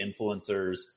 influencers